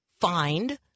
find